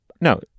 no